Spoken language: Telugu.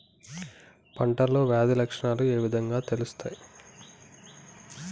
పంటలో వ్యాధి లక్షణాలు ఏ విధంగా తెలుస్తయి?